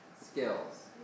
skills